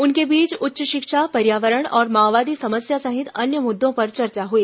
उनके बीच उच्च शिक्षा पर्यावरण और माओवादी समस्या सहित अन्य मुद्दों पर चर्चा हई